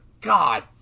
God